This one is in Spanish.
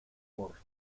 por